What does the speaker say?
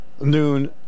noon